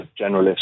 generalist